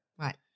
Right